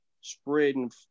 spreading